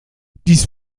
dies